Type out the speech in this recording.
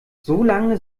solange